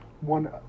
one